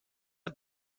are